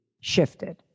shifted